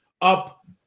up